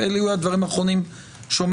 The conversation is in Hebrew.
ואלה יהיו הדברים האחרונים שאומר